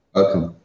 Welcome